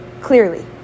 clearly